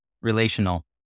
Relational